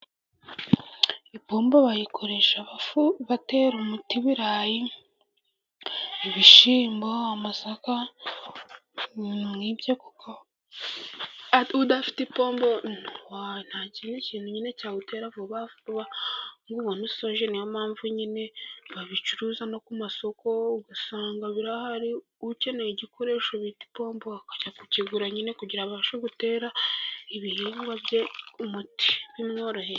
Ipombo bayikoresha batera umuti ibirayi, ibishyimbo, amasaka, ibintu nk'ibyo kuko udafite ipombo nta kindi kintu nyine cyawutera vuba vuba ngo ubone usoje, ni yo mpamvu nyine babicuruza no ku masoko ugasanga birahari, ukeneye igikoresho bita ipombo akajya kukigura, nyine kugira ngo abashe gutera ibihingwa bye umuti bimworoheye.